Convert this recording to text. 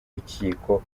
rukiko